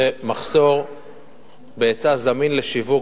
זה מחסור בהיצע זמין לשיווק,